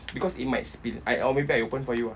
because it might spill I or maybe I open for you ah